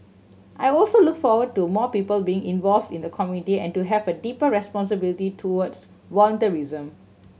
I also look forward to more people being involved in the community and to have a deeper responsibility towards volunteerism